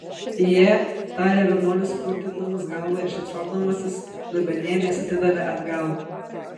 ije tarė vienuolis purtydamas galva ir šypsodamasis dubenėlį jis atidavė atgal